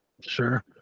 sure